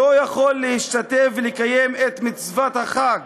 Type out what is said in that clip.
לא יכול להשתתף ולקיים את מצוות החג